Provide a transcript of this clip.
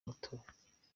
umutobe